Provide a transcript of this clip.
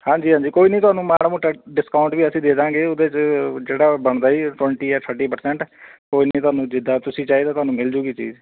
ਹਾਂਜੀ ਹਾਂਜੀ ਕੋਈ ਨਹੀਂ ਤੁਹਾਨੂੰ ਮਾੜਾ ਮੋਟਾ ਡਿਸਕਾਊਂਟ ਵੀ ਅਸੀਂ ਦੇ ਦਾਂਗੇ ਉਹਦੇ 'ਚ ਜਿਹੜਾ ਬਣਦਾ ਜੀ ਟਵੈਂਟੀ ਜਾਂ ਥਰਟੀ ਪ੍ਰਸੈਂਟ ਕੋਈ ਨਹੀਂ ਤੁਹਾਨੂੰ ਜਿੱਦਾਂ ਤੁਸੀਂ ਚਾਹੀਦਾ ਤੁਹਾਨੂੰ ਮਿਲ ਜੂਗੀ ਚੀਜ਼